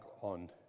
on